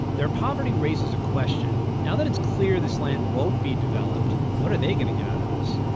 their poverty raises a question now that it's clear this land won't be developed, what are they going to get out of this?